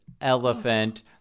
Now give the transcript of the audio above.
elephant